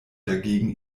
dagegen